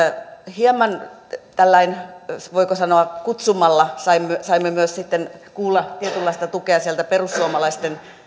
hieman voiko sanoa kutsumalla saimme saimme myös kuulla tietynlaista tukea sieltä perussuomalaisten